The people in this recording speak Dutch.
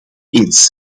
eens